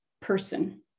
person